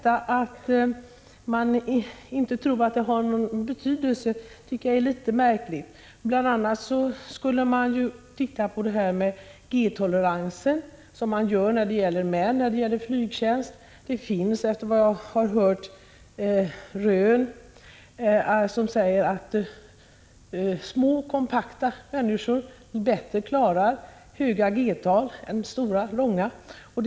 Uttalandet att detta inte skulle ha någon betydelse tycker jag är litet märkligt. Jag kan t.ex. nämna att man bl.a. skulle undersöka den s.k. g-toleransen hos kvinnor, vilket man ju gör när män skall ingå i flygtjänst. Enligt vad jag hört har man gjort rön som visar att små, ”kompakta” människor klarar höga g-tal bättre än stora, långa människor.